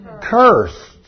cursed